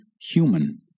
human